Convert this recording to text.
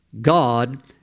God